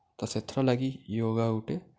ଆଉ ସେଥିରର୍ ଲାଗି ଯୋଗା ଗୁଟେ ଆମର୍